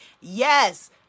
Yes